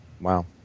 Wow